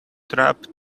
trap